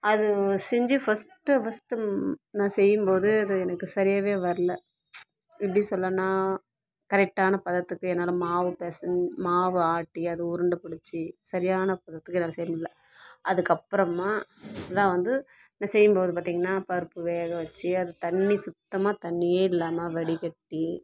அது செஞ்சு first first நான் செய்யும் போது அது எனக்கு சரியாவே வரல எப்படி சொல்ல நான் கரெக்டான பதத்துக்கு என்னால் மாவு பெசன் மாவு ஆட்டி அது உருண்டை பிடிச்சி சரியான பதத்துக்கு என்னால் செய் முடியல அதுக்கப்புறமா தான் வந்து நான் செய்யும் போது பார்த்திங்கனா பருப்பு வேகவச்சு அது தண்ணி சுத்தமாக தண்ணியே இல்லாமல் வடிகட்டி